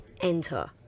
enter